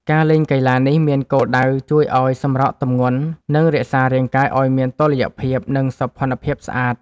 ការលេងកីឡានេះមានគោលដៅជួយឱ្យសម្រកទម្ងន់ និងរក្សារាងកាយឱ្យមានតុល្យភាព និងសោភ័ណភាពស្អាត។